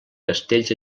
castells